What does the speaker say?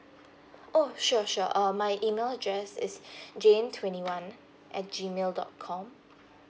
oh sure sure uh my email address is jane twenty one at G mail dot com